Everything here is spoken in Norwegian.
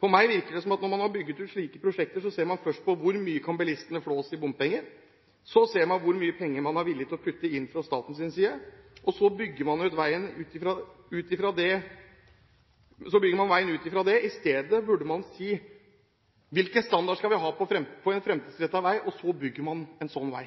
På meg virker det som at man, når man bygger ut slike prosjekter, ser først på: Hvor mye kan bilistene flås i bompenger? Så ser man på hvor mye penger man er villig til å putte inn fra statens side, og så bygger man veien ut fra det. I stedet burde man si: Hvilken standard skal vi ha på en fremtidsrettet vei? Og så bygger man en sånn vei.